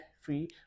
free